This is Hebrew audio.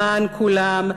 למען כולם.